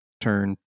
turn